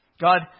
God